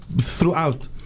throughout